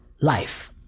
Life